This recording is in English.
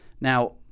Now